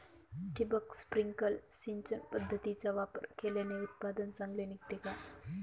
ठिबक, स्प्रिंकल सिंचन पद्धतीचा वापर केल्याने उत्पादन चांगले निघते का?